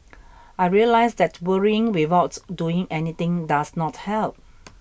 I realised that worrying without doing anything does not help